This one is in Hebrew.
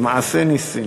מעשה נסים.